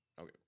okay